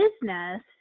business